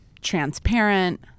transparent